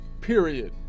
Period